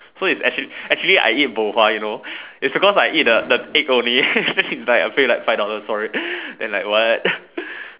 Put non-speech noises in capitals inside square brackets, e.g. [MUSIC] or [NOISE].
so is actually actually I eat bo hua you know it's because I eat the the egg only [LAUGHS] like I paid five dollars sorry then like what